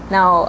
Now